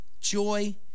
joy